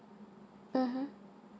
mmhmm